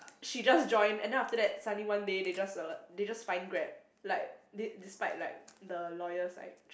she does join and then after that suddenly one day they just uh they just fine Grab like they despite like the lawyers like